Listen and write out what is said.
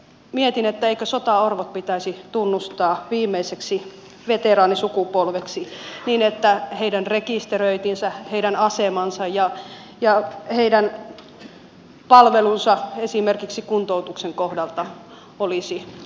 mietin eikö sotaorvot pitäisi tunnustaa viimeiseksi veteraanisukupolveksi niin että heidän rekisteröintinsä heidän asemansa ja heidän palvelunsa esimerkiksi kuntoutuksen kohdalta olisivat kohdallaan